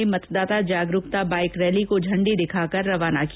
इसके अलावा मतदाता जागरूकता बाइक रैली को झंडी दिखाकर रवाना किया